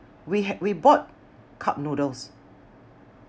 we had we bought cup noodles